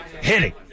hitting